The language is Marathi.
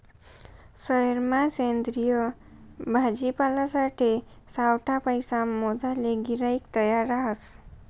सयेरमा सेंद्रिय भाजीपालासाठे सावठा पैसा मोजाले गिराईक तयार रहास